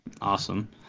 Awesome